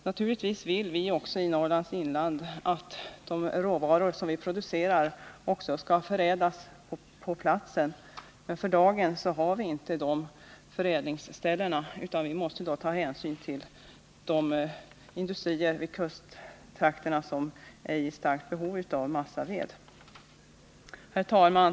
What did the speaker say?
Naturligtvis vill vi också att de råvaror som vi producerar i Norriands inland skall förädlas på platsen. Men för dagen har vi inte de förädlingsställena, utan vi måste ta hänsyn till de industrier i kusttrakterna som är i starkt behov av massaved. Herr talman!